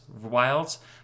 wilds